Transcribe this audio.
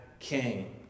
King